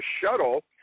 shuttle